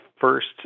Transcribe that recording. first